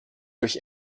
durch